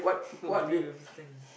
people believe everything